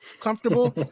comfortable